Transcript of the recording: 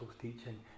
teaching